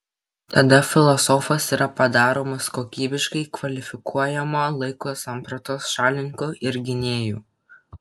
tada filosofas yra padaromas kokybiškai kvalifikuojamo laiko sampratos šalininku ir gynėju